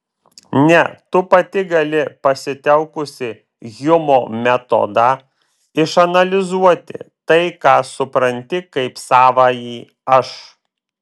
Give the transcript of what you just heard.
ne tu pati gali pasitelkusi hjumo metodą išanalizuoti tai ką supranti kaip savąjį aš